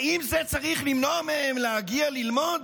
האם זה צריך למנוע מהם להגיע ללמוד?